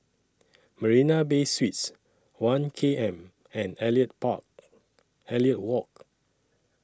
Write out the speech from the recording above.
Marina Bay Suites one K M and Elliot Park Elliot Walk